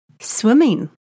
swimming